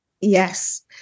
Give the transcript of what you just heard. Yes